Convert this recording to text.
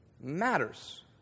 matters